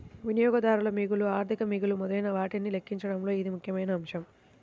వినియోగదారు మిగులు, ఆర్థిక మిగులు మొదలైనవాటిని లెక్కించడంలో ఇది ముఖ్యమైన అంశం